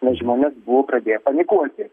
nes žmonės buvo pradėję panikuoti